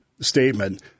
statement